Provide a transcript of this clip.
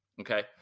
Okay